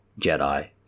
jedi